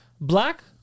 Black